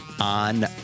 on